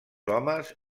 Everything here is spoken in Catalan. homes